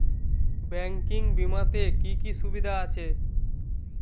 Banking বিমাতে কি কি সুবিধা আছে?